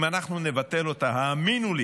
אם אנחנו נבטל אותה, האמינו לי